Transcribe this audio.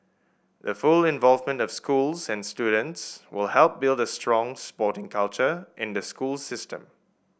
the full involvement of schools and students will help build a strong sporting culture in the school system